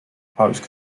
proposed